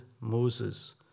Moses